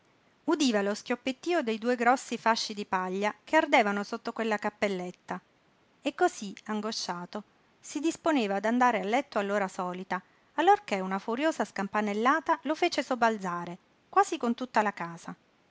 fronde udiva lo schioppettío dei due grossi fasci di paglia che ardevano sotto quella cappelletta e cosí angosciato si disponeva ad andare a letto all'ora solita allorché una furiosa scampanellata lo fece sobbalzare quasi con tutta la casa